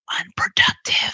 unproductive